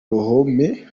ruhome